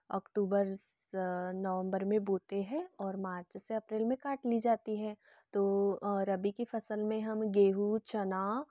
अक्टूबर नवम्बर में बोते हैं और मार्च से अप्रील में काट ली जाती है तो रबी की फसल में हम गेहूँ चना